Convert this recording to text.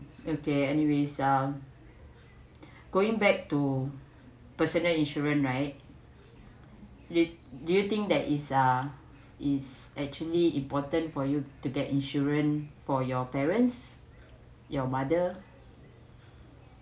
okay anyway some going back to personal insurance right do you do you think that is a is actually important for you to get insurance for your parents your mother